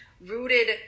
rooted